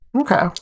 Okay